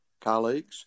colleagues